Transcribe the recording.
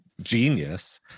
genius